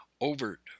Overt